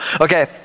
Okay